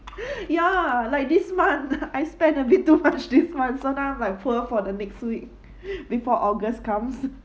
ya like this month I spent a bit too much this month so now I am poor for the next week before august comes